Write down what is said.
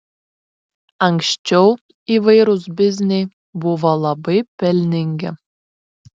anksčiau įvairūs bizniai buvo labai pelningi